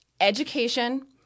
education